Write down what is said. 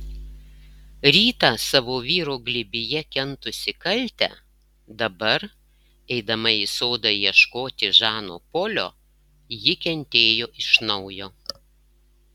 rytą savo vyro glėbyje kentusi kaltę dabar eidama į sodą ieškoti žano polio ji kentėjo iš naujo